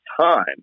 time